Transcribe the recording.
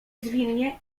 zwinnie